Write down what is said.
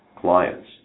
clients